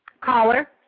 Caller